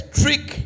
trick